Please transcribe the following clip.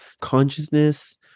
Consciousness